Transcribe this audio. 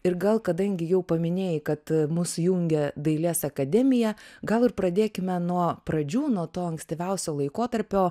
ir gal kadangi jau paminėjai kad mus jungia dailės akademija gal ir pradėkime nuo pradžių nuo to ankstyviausio laikotarpio